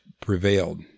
prevailed